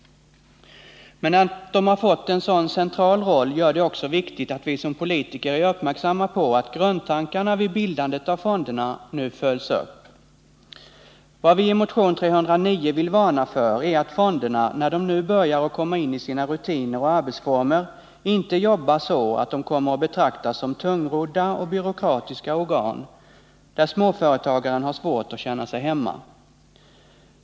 Men att de har fått en så central roll gör det också viktigt att vi som politiker är uppmärksamma på att grundtankarna vid bildandet av fonderna följs upp. Vad vi i motion 309 vill varna för är att fonderna, när de nu börjar komma ini sina rutiner och arbetsformer, inte jobbar så att de kommer att betraktas som tungrodda byråkratiska organ, där småföretagaren har svårt att känna sig hemma.